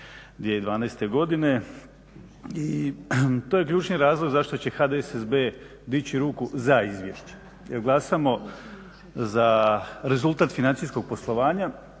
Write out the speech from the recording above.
2012. godine. I to je ključni razlog zašto će HDSSB dići ruku za izvješće, jer glasamo za rezultat financijskog poslovanja